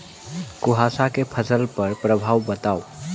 कुहासा केँ फसल पर प्रभाव बताउ?